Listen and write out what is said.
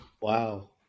Wow